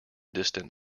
distant